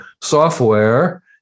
software